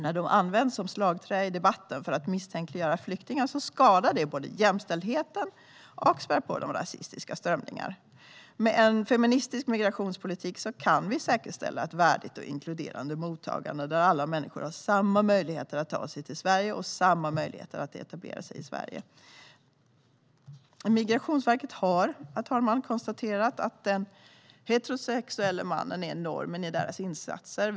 När de används som slagträ i debatten för att misstänkliggöra flyktingar skadar det både jämställdheten och spär på rasistiska strömningar. Med en feministisk migrationspolitik kan vi säkerställa ett värdigt och inkluderande mottagande, där alla människor har samma möjligheter att ta sig till Sverige och samma möjligheter att etablera sig här. Herr talman! Migrationsverket har konstaterat att den heterosexuelle mannen är normen i deras insatser.